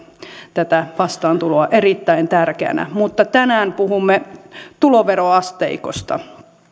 tätä vastaantuloa erittäin tärkeänä mutta tänään puhumme tuloveroasteikosta